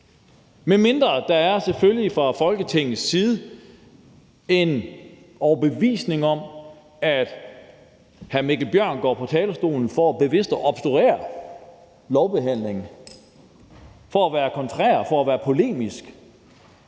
medmindre der fra Folketingets side er en overbevisning om, at hr. Mikkel Bjørn går på talerstolen for bevidst at obstruere lovbehandlingen; for at være kontrær og være polemisk.